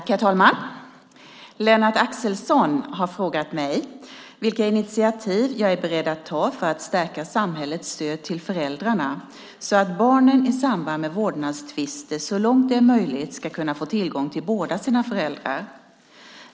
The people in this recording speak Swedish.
Herr talman! Lennart Axelsson har frågat mig vilka initiativ jag är beredd att ta för att stärka samhällets stöd till föräldrarna så att barnen i samband med vårdnadstvister så långt det är möjligt ska kunna få tillgång till båda sina föräldrar.